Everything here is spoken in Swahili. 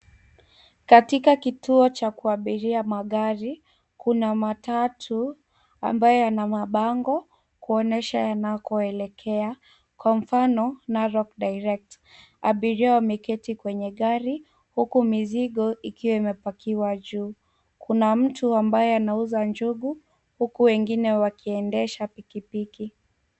Katika kituo cha kuabiria magari kuna matatu ambayo yana mabango kuonyesha yanako elekea kwa mfano Narok Direct abiria wameketi kwenye gari huku mizigo ikiwa imepakiwa juu kuna mtu ambaye anauza njugu huku wengine wakiendesha piki piki.